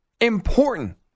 important